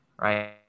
right